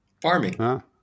farming